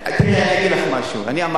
תראי, אני אגיד לך משהו, אני אמרתי.